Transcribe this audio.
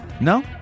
No